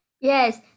Yes